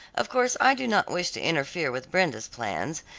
of course i do not wish to interfere with brenda's plans,